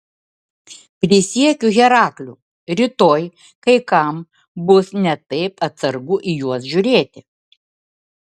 prisiekiu herakliu rytoj kai kam bus ne taip atsargu į juos žiūrėti